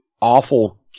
awful